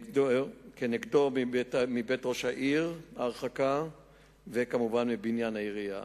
מבית ראש העיר וכמובן מבניין העירייה.